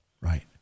Right